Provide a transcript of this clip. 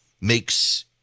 makes